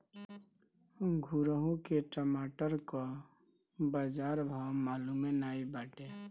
घुरहु के टमाटर कअ बजार भाव मलूमे नाइ बाटे